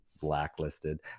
blacklisted